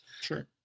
Sure